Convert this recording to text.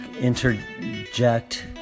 interject